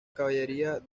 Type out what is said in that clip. caballería